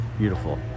beautiful